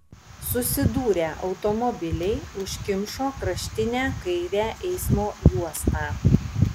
susidūrę automobiliai užkimšo kraštinę kairę eismo juostą